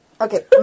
Okay